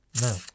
No